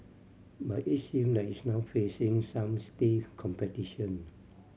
but it seem like it's now facing some stiff competition